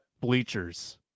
bleachers